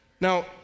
Now